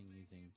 using